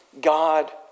God